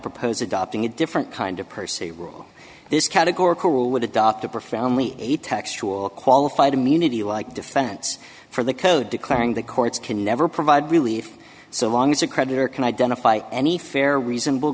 propose adopting a different kind of percy rule this categorical would adopt a profoundly textual qualified immunity like defense for the code declaring that courts can never provide relief so long as a creditor can identify any fair reasonable